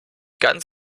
ganz